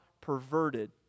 perverted